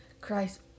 Christ